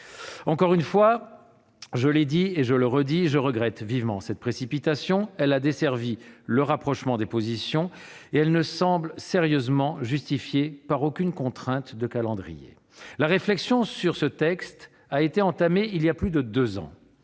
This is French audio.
navette ! Je l'ai dit et je le redis : je regrette vivement cette précipitation. Elle a desservi le rapprochement des positions et ne semble sérieusement justifiée par aucune contrainte de calendrier. La réflexion sur ce texte a été engagée il y a plus de deux ans,